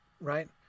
right